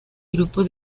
grupo